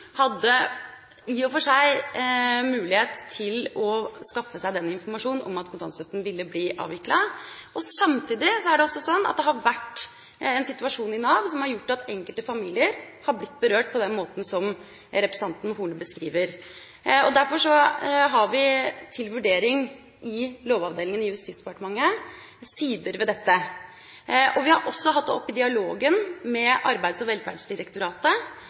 hadde i og for seg mulighet til å skaffe seg informasjon om at kontantstøtten ville bli avviklet. Samtidig er det også slik at det har vært en situasjon i Nav som har gjort at enkelte familier har blitt berørt på den måten som representanten Horne beskriver. Derfor har vi sider ved dette til vurdering i Lovavdelingen i Justisdepartementet. Vi har også hatt det oppe i dialogen med Arbeids- og velferdsdirektoratet